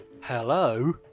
Hello